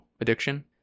addiction